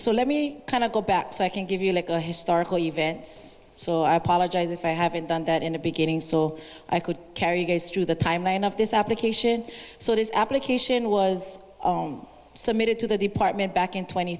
here let me kind of go back so i can give you a little historical events so i apologize if i haven't done that in the beginning so i could carry through the timeline of this application so this application was submitted to the department back in tw